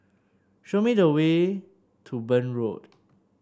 show me the way to Burn Road